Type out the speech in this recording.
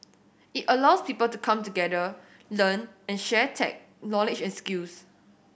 it allows people to come together learn and share tech knowledge and skills